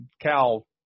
Cal